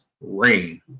rain